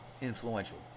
influential